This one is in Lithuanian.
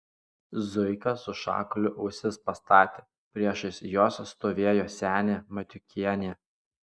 zuika su šakaliu ausis pastatė priešais juos stovėjo senė matiukienė